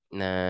na